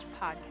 Podcast